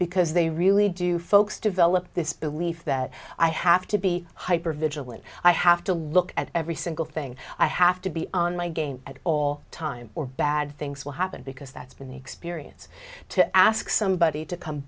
because they really do folks develop this belief that i have to be hyper vigilant i have to look at every single thing i have to be on my game at all times or bad things will happen because that's been the experience to ask somebody to come